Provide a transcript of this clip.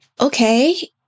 Okay